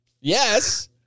Yes